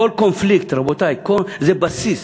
כל קונפליקט, רבותי, זה בסיס